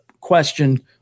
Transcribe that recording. question